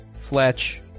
Fletch